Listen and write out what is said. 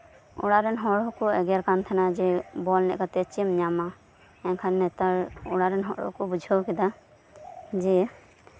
ᱚᱲᱟᱜ ᱨᱮᱱ ᱦᱚᱲ ᱦᱚᱸᱠᱚ ᱮᱜᱮᱨ ᱠᱟᱱ ᱛᱟᱸᱦᱮᱱᱟ ᱡᱮ ᱵᱚᱞ ᱮᱱᱮᱡ ᱠᱟᱛᱮᱜ ᱪᱮᱫ ᱮᱢ ᱧᱟᱢᱟ ᱮᱱᱠᱷᱟᱱ ᱱᱮᱛᱟᱨ ᱚᱲᱟᱜ ᱨᱮᱱ ᱦᱚᱲ ᱠᱚ ᱵᱩᱡᱷᱟᱹᱣ ᱠᱮᱫᱟ ᱡᱮ